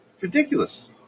ridiculous